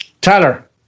Tyler